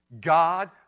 God